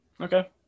Okay